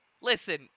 listen